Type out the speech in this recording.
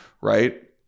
right